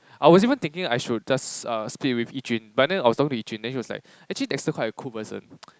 I was even thinking I should just uh split with Yi-Jun but then I was talking to Yi-Jun and she was like actually Dexter quite a cool person